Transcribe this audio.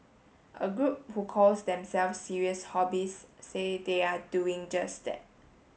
a group who calls themselves serious hobbyists say they are doing just that